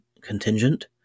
contingent